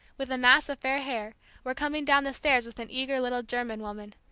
with a mass of fair hair were coming down the stairs with an eager little german woman.